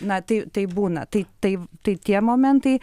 na tai taip būna tai tai tai tie momentai